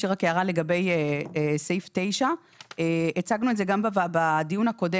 יש לי רק הערה לגבי סעיף 9. הצגנו את זה גם בדיון הקודם.